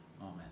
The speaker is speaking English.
Amen